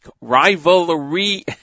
Rivalry